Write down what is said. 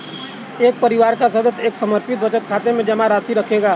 एक परिवार का सदस्य एक समर्पित बचत खाते में जमा राशि रखेगा